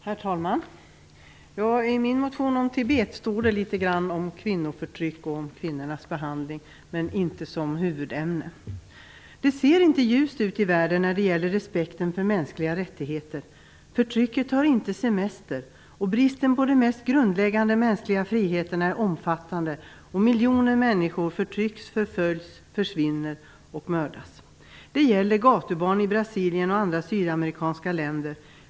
Herr talman! I min motion om Tibet har jag skrivit litet grand om kvinnoförtryck och om hur kvinnorna behandlas, dock inte som huvudämne. Det ser inte ljust ut i världen när det gäller respekten för mänskliga rättigheter. Förtrycket tar inte semester. Bristen på de mest grundläggande mänskliga friheterna är omfattande, och miljoner människor förtrycks, förföljs, försvinner och mördas. Det gäller gatubarn i Brasilien och andra sydamerikanska länder.